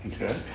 Okay